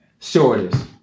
Shortest